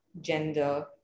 gender